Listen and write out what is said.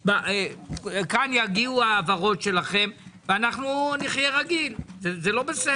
כאן יגיעו ההעברות שלכם ונחיה רגיל לא בסדר.